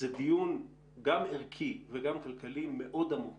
זה דיון גם ערכי וגם כלכלי מאוד עמוק